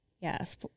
yes